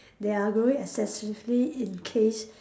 they are growing excessively in case